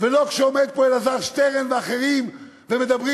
ולא כשעומדים פה אלעזר שטרן ואחרים ומדברים